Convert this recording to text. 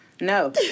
no